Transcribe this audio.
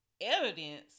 evidence